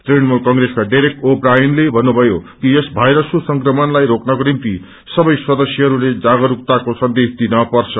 तृणमूल कग्रेसका डेरेक ओ ब्रायनले भन्नुभयो कि यस वायरसको संक्रमणलाई रोक्नको निम्ति सबै सदस्यहरूले जागरूकताको सन्देश दिनपछ